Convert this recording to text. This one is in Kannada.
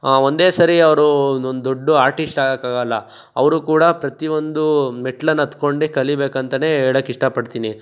ಒಂದೇ ಸರಿ ಅವ್ರು ಒಂದು ದೊಡ್ಡು ಆರ್ಟಿಶ್ಟ್ ಆಗೋಕಾಗಲ್ಲ ಅವರು ಕೂಡ ಪ್ರತಿ ಒಂದು ಮೆಟ್ಲನ್ನು ಹತ್ಕೊಂಡೆ ಕಲಿಬೇಕಂತ ಹೇಳಕ್ ಇಷ್ಟಪಡ್ತೀನಿ